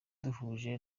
duhuje